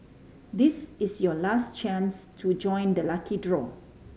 this is your last chance to join the lucky draw